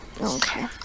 Okay